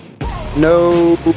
no